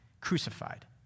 crucified